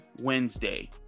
Wednesday